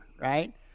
Right